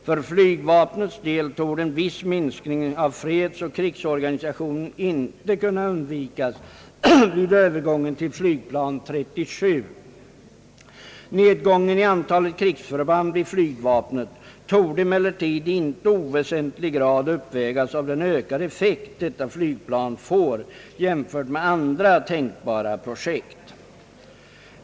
För flygvapnets del torde en viss minskning av fredsoch krigsorganisationen inte kunna undvikas vid övergången till flygplan 37. Nedgången i antalet krigsförband vid flygvapnet torde emellertid i inte oväsentlig grad uppvägas av den ökade effekt detta flygplan får jämfört med andra tänkbara projekt.